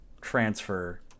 transfer